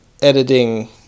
editing